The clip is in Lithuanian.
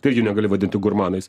tai irgi negali vadinti gurmanais